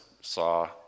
saw